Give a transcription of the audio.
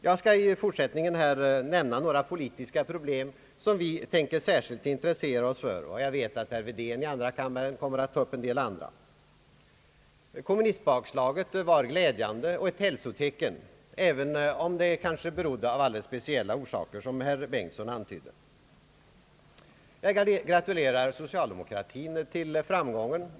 Jag skall här i fortsättningen nämna några politiska problem som vi tänker särskilt intressera oss för, och jag vet att herr Wedén i andra kammaren kommer att ta upp en del andra problem. Kommunistbakslaget var glädjande och ett hälsotecken, även om det kanske berodde på alldeles speciella omständigheter, som herr Bengtson antydde. Jag gratulerar socialdemokratin till framgången.